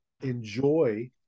enjoy